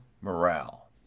morale